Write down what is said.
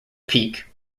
peak